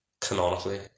canonically